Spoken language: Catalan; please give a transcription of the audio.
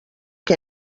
que